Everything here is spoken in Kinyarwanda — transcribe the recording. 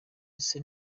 ese